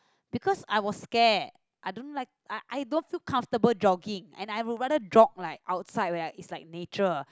because I was scared I don't like I I don't feel comfortable jogging and I would rather jog like outside where it's like nature